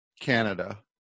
Canada